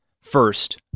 First